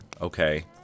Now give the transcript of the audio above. okay